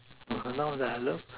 okay now that I love